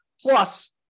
Plus